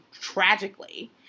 tragically